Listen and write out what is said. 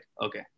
Okay